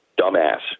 dumbass